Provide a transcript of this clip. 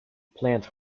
plant